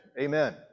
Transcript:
Amen